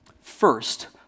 First